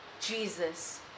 Jesus